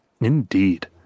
Indeed